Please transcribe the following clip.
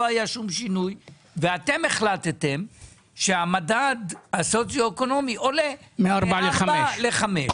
לא היה שום שינוי ואתם החלטתם שהמדד הסוציו-אקונומי עולה מ-4 ל-5.